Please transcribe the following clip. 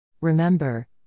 Remember